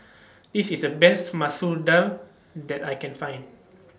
This IS The Best Masoor Dal that I Can Find